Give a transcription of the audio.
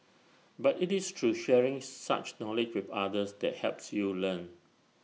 but IT is through sharing such knowledge with others that helps you learn